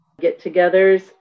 get-togethers